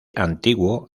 antiguo